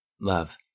Love